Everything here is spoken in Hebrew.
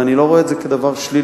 ואני לא רואה את זה כדבר שלילי.